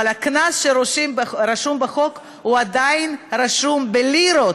הקנס שרשום בחוק עדיין רשום בלירות.